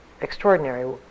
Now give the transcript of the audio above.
extraordinary